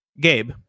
Gabe